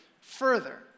further